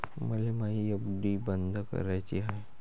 मले मायी एफ.डी बंद कराची हाय